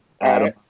Adam